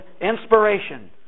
inspiration